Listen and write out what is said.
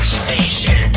station